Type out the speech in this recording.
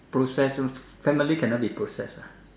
possession family cannot be possess ah